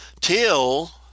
till